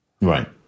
Right